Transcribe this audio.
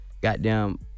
goddamn